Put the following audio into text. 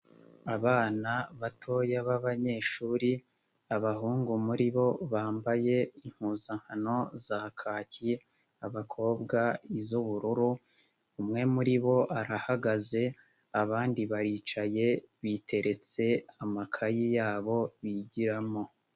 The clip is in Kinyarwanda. Abana batoya b'abanyeshuri, abahungu muri bo bambaye impuzankano za kaki, abakobwa iz'ubururu, umwe muri bo arahagaze, abandi baricaye biteretse amakayi yabo bigiramo.